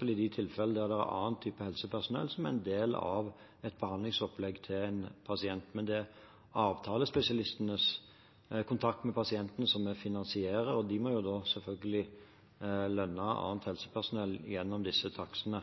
i de tilfellene der annet helsepersonell er en del av en pasients behandlingsopplegg. Men det er avtalespesialistenes kontakt med pasientene som er det vi finansierer, og de må da selvfølgelig lønne annet helsepersonell gjennom disse takstene.